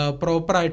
proper